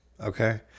Okay